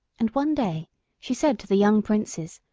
and one day she said to the young princes,